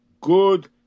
good